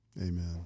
Amen